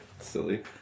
silly